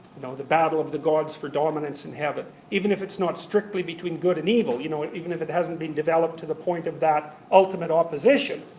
know, the battle of the gods for dominance in heaven. even if it's not strictly between good and evil, you know even if it hasn't been developed to the point of that ultimate opposition,